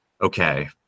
okay